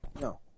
No